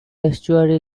estuary